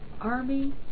army